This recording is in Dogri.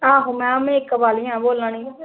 आहो में मेकअप आहली हां बोल्ला नी